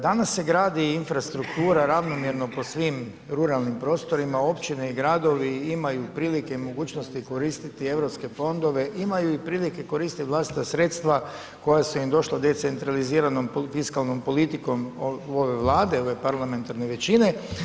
Danas se gradi infrastruktura, ravnomjerno po svim ruralnim prostorima, općine i gradovi, imaju prilike i mogućnosti koristit europske fondove, imaju i prilike koristiti vlastita sredstva, koja su im došla decentraliziranom fiskalnom politikom, ove vlade, ove parlamentarne većine.